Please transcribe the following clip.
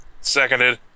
Seconded